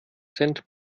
cent